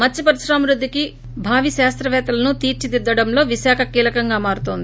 Muths పరిశ్రమాభివృద్ధికి భావి శాస్తపేత్తలను తీర్పిదిద్దడంలో విశాఖ కీలకంగా మారుతోంది